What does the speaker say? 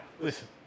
Listen